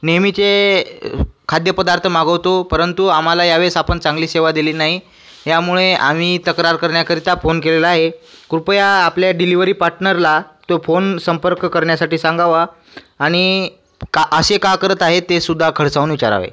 नेहमीचे खाद्यपदार्थ मागवतो परंतु आम्हाला यावेळेस आपण चांगली सेवा दिली नाही यामुळे आम्ही तक्रार करण्याकरिता फोन केलेला आहे कृपया आपल्या डिलिवरी पाटनरला तो फोन संपर्क करण्यासाठी सांगावा आणि का असे का करत आहे तेसुद्धा खडसावून विचारावे